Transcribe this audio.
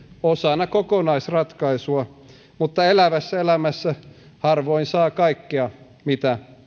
osana kokonaisratkaisua mutta elävässä elämässä harvoin saa kaikkea mitä